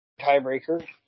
tiebreaker